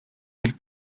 del